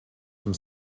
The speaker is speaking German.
dem